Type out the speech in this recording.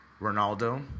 Ronaldo